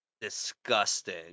disgusting